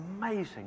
amazing